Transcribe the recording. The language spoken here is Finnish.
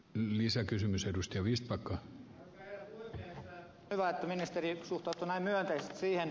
on hyvä että ministeri suhtautuu näin myönteisesti siihen